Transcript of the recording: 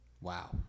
Wow